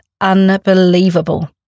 unbelievable